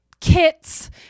kits